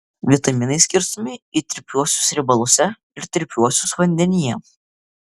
vitaminai skirstomi į tirpiuosius riebaluose ir tirpiuosius vandenyje